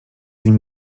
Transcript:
nim